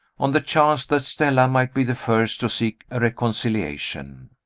on the chance that stella might be the first to seek a reconciliation.